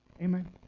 Amen